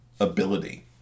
ability